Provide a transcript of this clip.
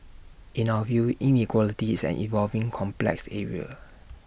in our view inequality is an evolving complex area